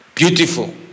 Beautiful